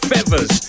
Feathers